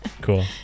Cool